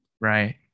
right